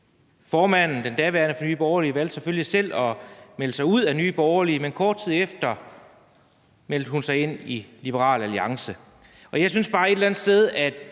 aftale. Den daværende formand for Nye Borgerlige valgte selvfølgelig selv at melde sig ud af Nye Borgerlige, men kort tid efter meldte hun sig ind i Liberal Alliance.